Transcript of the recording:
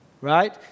right